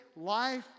Life